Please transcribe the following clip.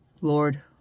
Lord